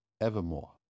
Evermore